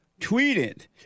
tweeted